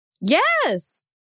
Yes